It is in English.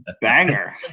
banger